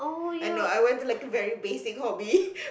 and no I went to like a very basic hobby